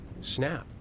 snap